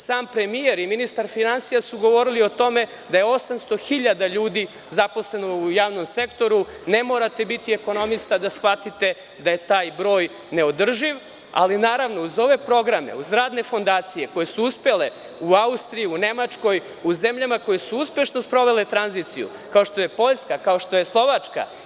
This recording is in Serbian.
Sam premijer i ministar finansija su govorili o tome da je 800 hiljada ljudi zaposlenih u javnom sektoru, a ne morate biti ekonomista da shvatite da je taj broj neodrživ, ali uz ove programe, uz radne fondacije koje su uspele u Austriji, Nemačkoj, u zemljama koje su uspešno sprovele tranziciju, kao što je Poljska, kao što je Slovačka.